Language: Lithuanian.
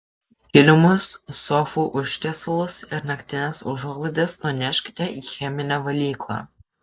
kilimus sofų užtiesalus ir naktines užuolaidas nuneškite į cheminę valyklą